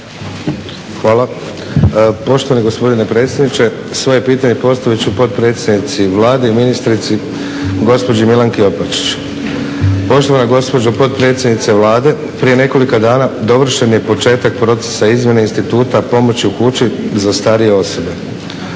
Hvala. Poštovani gospodine predsjedniče svoje pitanje postavit ću postaviti potpredsjednici Vlade i ministrici gospođi Milanki Opačić. Poštovan gospođo potpredsjednice Vlade prije nekoliko dana dovršen je početak procesa izmjene instituta pomoći u kući za starije osobe.